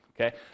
okay